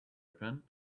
open